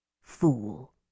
Fool